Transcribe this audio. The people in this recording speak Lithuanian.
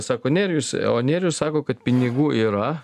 sako nerijus o nerijus sako kad pinigų yra